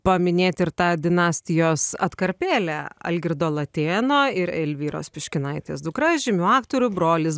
paminėti ir tą dinastijos atkarpėlę algirdo latėno ir elvyros piškinaitės dukra žymių aktorių brolis